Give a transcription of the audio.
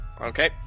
Okay